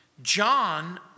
John